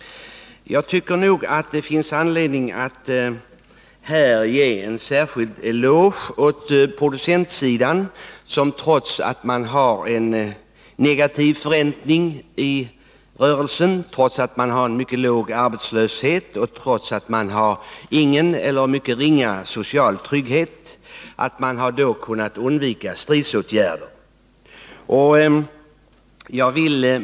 Jag tycker att det finns anledning att här ge producentsidan en särskild eloge därför att man — trots att man har en negativ förräntning i rörelsen, trots att man har en mycket låg arbetsersättning och trots att man har ingen eller mycket ringa social trygghet ändå har kunnat undvika stridsåtgärder.